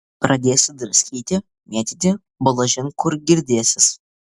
pradėsi draskyti mėtyti balažin kur girdėsis